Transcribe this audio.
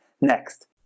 next